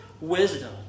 wisdom